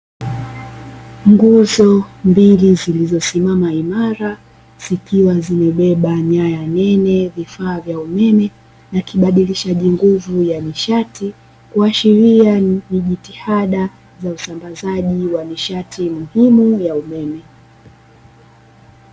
Nguzo mbili zilizosimama imara, zikiwa zimebeba nyaya nene, vifaa vya umeme na kibadilishaji nguvu cha nishati. Kuashiria ni jitihada ya usambazaji wa nishati muhimu ya umeme.